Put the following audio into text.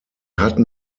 hatten